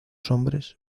hombres